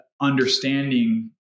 understanding